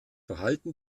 verhalten